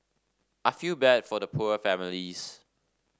I feel bad for the poor families